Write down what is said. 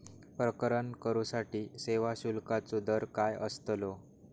प्रकरण करूसाठी सेवा शुल्काचो दर काय अस्तलो?